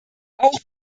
auch